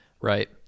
right